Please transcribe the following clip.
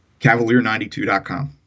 Cavalier92.com